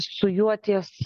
su juo ties